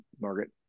Margaret